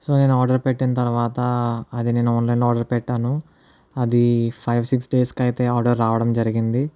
so నేను order పెట్టిన తర్వాత అది నేను ఆన్లైన్ లో ఆర్డర్ పెట్టాను అది ఫైవ్ సిక్స్ డేస్ కి అయితే ఆర్డర్ రావడం జరిగింది